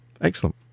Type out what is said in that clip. Excellent